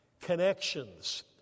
connections